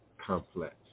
complex